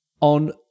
on